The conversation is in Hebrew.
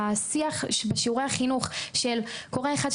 השיח בשיעורי החינוך שקורה אחד,